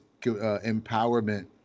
empowerment